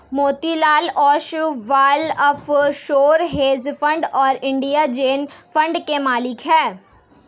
Motilal Oswal offshore hedge fund और India Zen fund के मालिक हैं